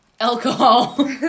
alcohol